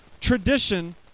tradition